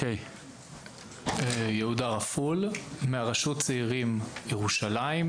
יהודה רפול מהרשות צעירים ירושלים,